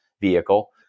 vehicle